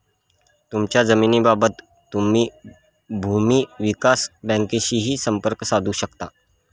तुमच्या जमिनीबाबत तुम्ही भूमी विकास बँकेशीही संपर्क साधू शकता